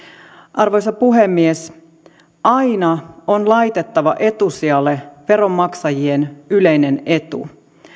arvoisa puhemies aina on laitettava etusijalle veronmaksajien yleinen etu